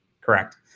Correct